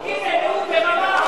הנה, הוא גם אמר,